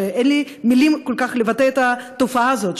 שאין לי כל כך מילים לבטא את התופעה הזאת.